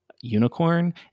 unicorn